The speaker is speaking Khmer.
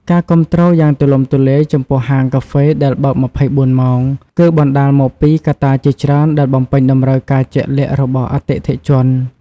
ការគាំទ្រយ៉ាងទូលំទូលាយចំពោះហាងកាហ្វេដែលបើក ២៤ ម៉ោង គឺបណ្តាលមកពីកត្តាជាច្រើនដែលបំពេញតម្រូវការជាក់លាក់របស់អតិថិជន។